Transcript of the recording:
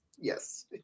yes